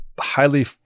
highly